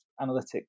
analytic